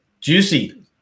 juicy